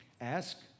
Ask